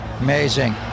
Amazing